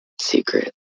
secret